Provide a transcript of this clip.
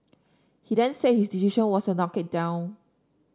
he then said his decision was a knock it down